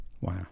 Wow